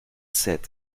sept